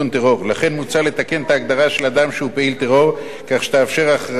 מוצע לתקן את ההגדרה של אדם שהוא פעיל טרור כך שתאפשר הכרזה כאמור.